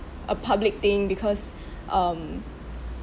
a public thing because um